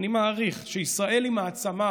שישראל היא מעצמה